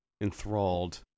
enthralled